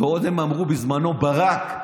ועוד הם אמרו בזמנו ברק,